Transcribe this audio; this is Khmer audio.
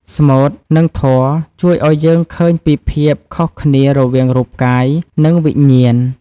ស្មូត និងធម៌ជួយឱ្យយើងឃើញពីភាពខុសគ្នារវាងរូបកាយ និងវិញ្ញាណ។